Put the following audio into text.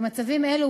במצבים אלה,